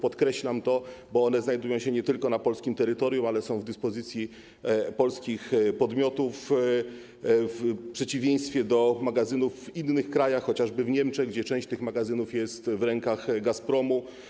Podkreślam to, bo one znajdują się nie tylko na polskim terytorium, ale są w dyspozycji polskich podmiotów, w przeciwieństwie do magazynów w innych krajach, jak chociażby w Niemczech, gdzie część tych magazynów jest w rękach Gazpromu.